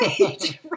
right